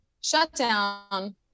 shutdown